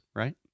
right